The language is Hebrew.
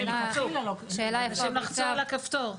אנשים לחצו על הכפתור.